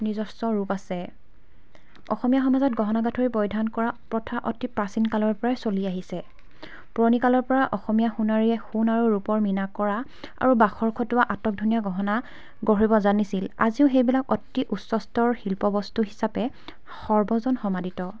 নিজস্ব ৰূপ আছে অসমীয়া সমাজত গহনা গাঁঠৰি পৰিধান কৰা প্ৰথা অতি প্ৰাচীন কালৰ পৰাই চলি আহিছে পুৰণি কালৰ পৰা অসমীয়া সোণাৰীয়ে সোণ আৰু ৰূপৰ মিনা কৰা আৰু বাখৰ খটোৱা আটকধুনীয়া গহনা গঢ়িব জানিছিল আজিও সেইবিলাক অতি উচ্চ স্তৰৰ শিল্প বস্তু হিচাপে সৰ্বজন সমাদৃত